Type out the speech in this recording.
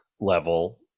level